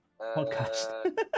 podcast